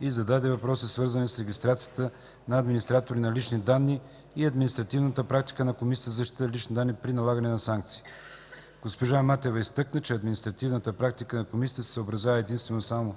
и зададе въпроси, свързани с регистрацията на администратори на лични данни и административната практика на Комисията за защита на личните данни при налагане на санкции. Госпожа Матева изтъкна че, административната практика на Комисията се съобразява единствено и само